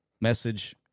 message